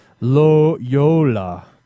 Loyola